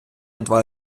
два